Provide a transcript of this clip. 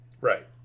Right